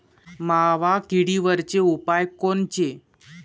मावा किडीवरचे उपाव कोनचे?